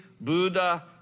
Buddha